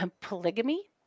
polygamy